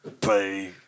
pay